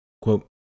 Quote